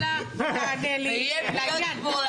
אלא תענה לי לעניין.